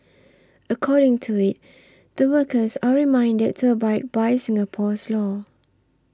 according to it the workers are reminded to abide by Singapore's law